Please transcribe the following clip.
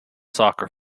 soccer